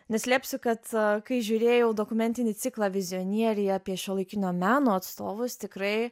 neslėpsiu kad kai žiūrėjau dokumentinį ciklą vizionieriai apie šiuolaikinio meno atstovus tikrai